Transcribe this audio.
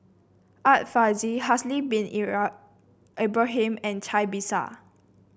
Art Fazil Haslir Bin Ibrahim and Cai Bixia